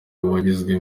wagizwe